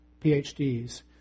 PhDs